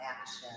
action